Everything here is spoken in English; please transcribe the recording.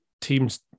teams